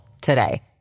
today